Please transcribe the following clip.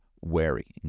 wary